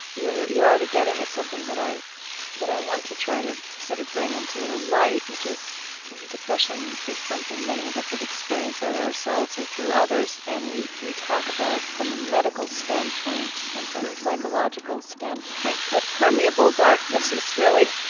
you're you're already getting at something that i that i want to try to sort of bring into the light, which is depression is something many of us have experienced, either ourselves or through others, and we we talk about it from a medical standpoint and from a psychological standpoint, but permeable darkness is really